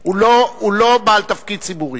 הוא לא בעל תפקיד ציבורי.